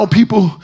people